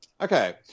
Okay